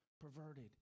perverted